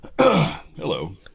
Hello